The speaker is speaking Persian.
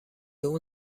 اون